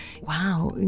wow